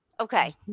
Okay